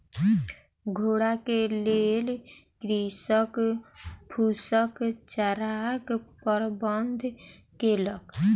घोड़ा के लेल कृषक फूसक चाराक प्रबंध केलक